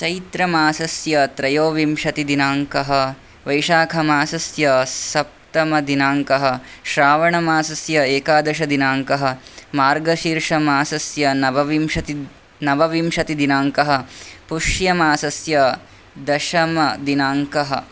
चैत्रमासस्य त्रयोविंशतिदिनाङ्कः वैशाखमासस्य सप्तमदिनाङ्कः श्रावणमासस्य एकादशदिनाङ्कः मार्गशीर्षमासस्य नवविंशति नवविंशतिदिनाङ्कः पुष्यमासस्य दशमदिनाङ्कः